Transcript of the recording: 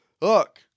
Look